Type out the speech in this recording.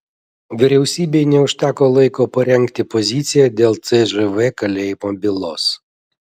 vyriausybei neužteko laiko parengti poziciją dėl cžv kalėjimo bylos